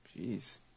Jeez